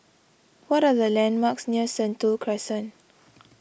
what are the landmarks near Sentul Crescent